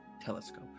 telescope